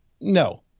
No